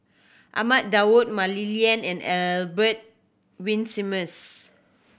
Ahmad Daud Mah Li Lian and Albert Winsemius